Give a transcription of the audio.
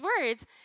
words